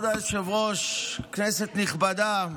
כבוד היושב-ראש, כנסת נכבדה,